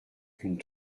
une